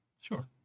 Sure